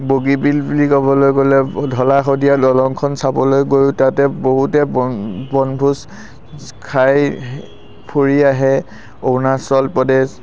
বগীবিল বুলি ক'বলৈ গ'লে ধলা শদীয়া দলংখন চাবলৈ গৈয়ো তাতে বহুতে বন বনভোজ খাই ফুৰি আহে অৰুণাচল প্ৰদেশ